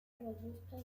robusta